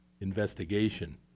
investigation